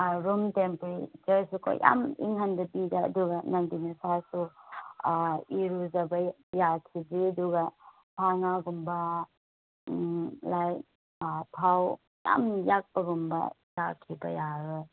room ꯇꯦꯝꯄꯦꯔꯦꯆꯔꯁꯤꯀꯣ ꯌꯥꯝ ꯏꯪꯍꯟꯗꯕꯤꯗ ꯑꯗꯨꯒ ꯅꯪꯒꯤ ꯅꯁꯥꯁꯨ ꯏꯔꯨꯖꯕ ꯌꯥꯈꯤꯗ꯭ꯔꯤ ꯑꯗꯨꯒ ꯁꯥ ꯉꯥꯒꯨꯝꯕ ꯂꯥꯏꯛ ꯊꯥꯎ ꯌꯥꯝ ꯌꯥꯛꯄꯒꯨꯝꯕ ꯆꯥꯈꯤꯕ ꯌꯥꯔꯣꯏ